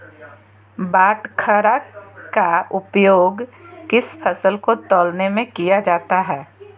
बाटखरा का उपयोग किस फसल को तौलने में किया जाता है?